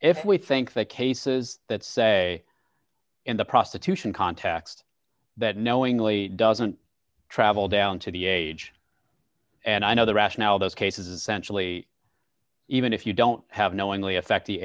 if we think that cases that say in the prostitution context that knowingly doesn't travel down to the age and i know the rationale those cases essentially even if you don't have knowingly affect the